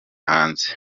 hanze